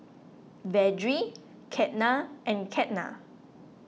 Vedre Ketna and Ketna